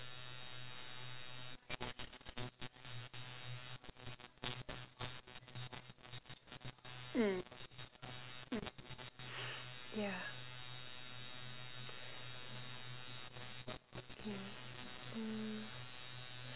(mm) mm yeah okay mm